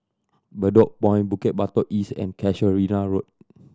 Bedok Point Bukit Batok East and Casuarina Road